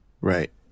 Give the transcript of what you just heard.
Right